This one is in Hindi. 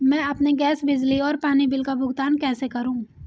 मैं अपने गैस, बिजली और पानी बिल का भुगतान कैसे करूँ?